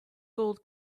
gold